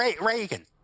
Reagan